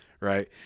right